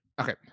okay